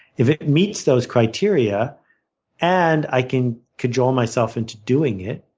if it meets those criteria and i can cajole myself into doing it,